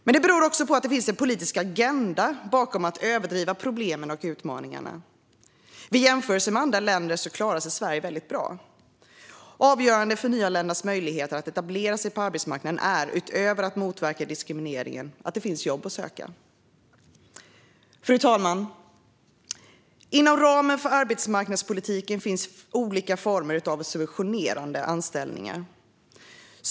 Men det beror också på att det finns en politisk agenda bakom att överdriva problemen och utmaningarna. Vid jämförelser med andra länder klarar sig Sverige väldigt bra. Avgörande för nyanländas möjligheter att etablera sig på arbetsmarknaden är, utöver att motverka diskrimineringen, att det finns jobb att söka. Fru talman! Inom ramen för arbetsmarknadspolitiken finns olika former av subventionerade anställningar.